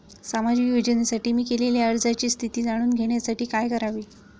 सामाजिक योजनेसाठी मी केलेल्या अर्जाची स्थिती जाणून घेण्यासाठी काय करावे?